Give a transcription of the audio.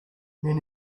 men